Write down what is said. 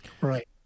Right